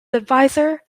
adviser